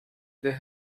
the